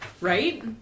right